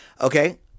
okay